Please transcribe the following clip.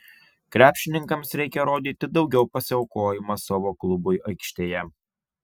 krepšininkams reikia rodyti daugiau pasiaukojimo savo klubui aikštėje